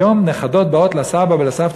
היום נכדות באות לסבא ולסבתא,